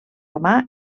romà